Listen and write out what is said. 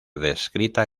descrita